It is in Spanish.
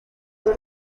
fue